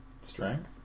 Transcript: Strength